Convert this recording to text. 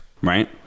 right